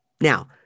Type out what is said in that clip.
Now